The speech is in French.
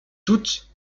toutes